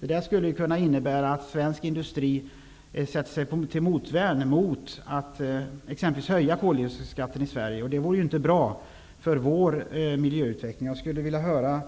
Det skulle kunna leda till att svensk industri sätter sig till motvärn mot exempelvis en höjning av den svenska koldioxidskatten. Detta vore inte bra för vår miljöutveckling. Jag skulle vilja höra